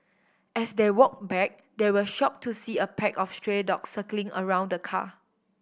as they walked back they were shocked to see a pack of stray dogs circling around the car